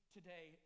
today